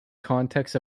context